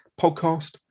podcast